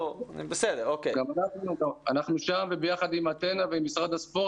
אנחנו עובדים ביחד עם "אתנה" ועם משרד הספורט